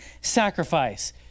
sacrifice